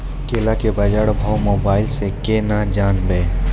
केला के बाजार भाव मोबाइल से के ना जान ब?